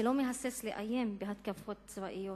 שלא מהסס לאיים בהתקפות צבאיות,